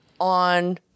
on